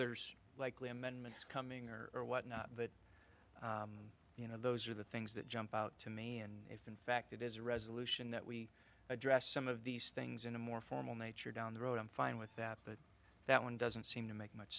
there's likely amendments coming or what not but you know those are the things that jump out to me and if in fact it is a resolution that we address some of these things in a more formal nature down the road i'm fine with that but that one doesn't seem to make much